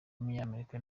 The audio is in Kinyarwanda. w’umunyamerika